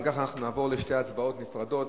אם כך, נעבור לשתי הצבעות נפרדות.